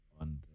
on